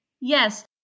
Yes